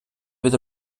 від